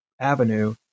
avenue